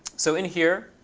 so in here,